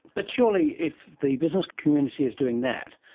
but surely if the business community is doing that,